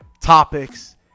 topics